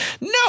No